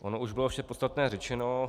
Ono už bylo vše podstatné řečeno.